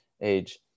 age